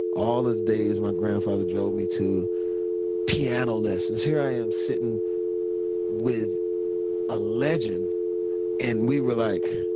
all of days my grandfather drove me to piano lessons, here i am sitting with a legend and we were like,